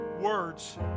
words